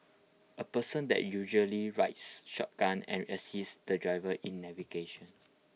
A person that usually rides shotgun and assists the driver in navigation